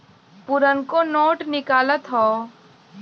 पुरनको नोट निकालत हौ